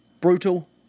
brutal